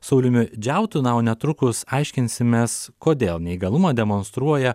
sauliumi džiautu na o netrukus aiškinsimės kodėl neįgalumą demonstruoja